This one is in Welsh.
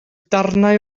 darnau